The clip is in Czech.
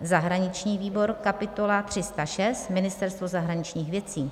zahraniční výbor: kapitola 306 Ministerstvo zahraničních věcí,